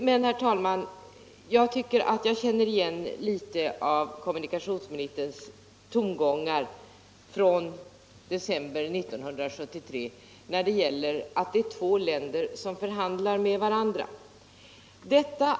Men, herr talman, jag tycker jag känner igen litet av kommunikationsministerns tongångar från december 1973 när det gäller de två länderna som förhandlar med varandra.